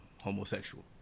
homosexual